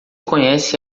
conhece